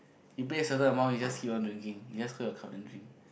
you pay a certain amount you just keep on drinking you just hold your cup and drink